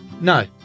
No